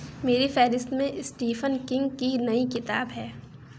میری فہرست میں اسٹیفن کنگ کی نئی کتاب ہے